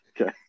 Okay